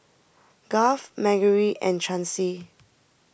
Garth Margery and Chancey